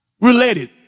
related